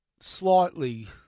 slightly